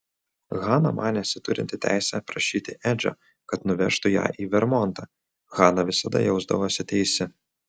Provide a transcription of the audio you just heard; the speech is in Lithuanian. hana manėsi turinti teisę prašyti edžio kad nuvežtų ją į vermontą hana visada jausdavosi teisi